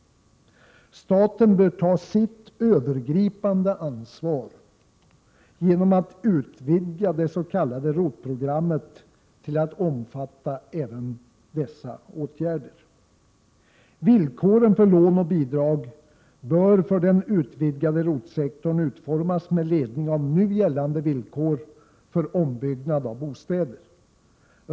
Staten bör ta sitt övergripande ansvar genom att utvidga det s.k. ROT-programmet till att omfatta även dessa åtgärder. Villkoren för lån och bidrag bör för den utvidgade ROT-sektorn utformas med ledning av nu gällande villkor för ombyggnad av bostäder.